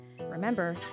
Remember